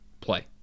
play